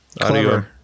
audio